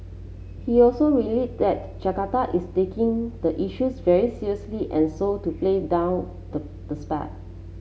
he also relief that Jakarta is taking the issues very seriously and sought to play down the the spat